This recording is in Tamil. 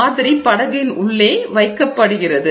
மாதிரி பதக்கூறு படகின் உள்ளே வைக்கப்படுகிறது